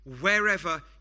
wherever